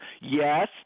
yes